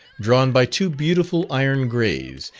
drawn by two beautiful iron greys,